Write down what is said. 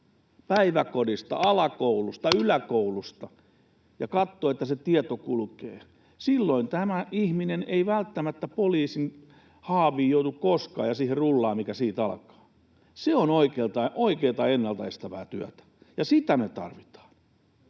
päiväkodista, alakoulusta, yläkoulusta ja katsoa, että tieto kulkee. Silloin tämä ihminen ei välttämättä poliisin haaviin joudu koskaan ja siihen rullaan, mikä siitä alkaa. Se on oikeata ennaltaestävää työtä, ja sitä me tarvitaan.